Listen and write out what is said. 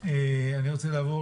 אני רוצה לעבור